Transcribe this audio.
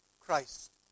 Christ